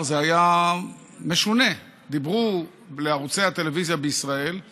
זה היה פשוט נאום פוליטי שעושה דה-לגיטימציה לכנסת ישראל,